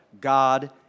God